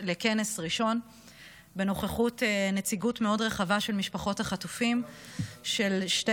לכנס ראשון בנוכחות נציגות מאוד רחבה של משפחות החטופים ושל שתי